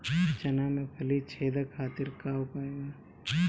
चना में फली छेदक खातिर का उपाय बा?